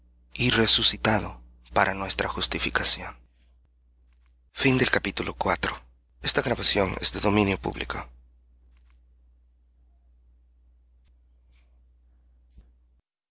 y resucitado para nuestra justificación